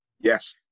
Yes